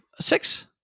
six